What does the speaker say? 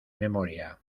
memoria